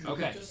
Okay